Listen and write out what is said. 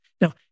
Now